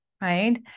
right